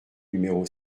numéro